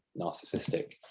narcissistic